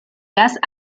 gas